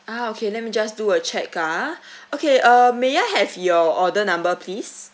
ah okay let me just do a check ah okay uh may I have your order number please